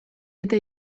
eta